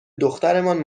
دخترمان